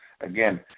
again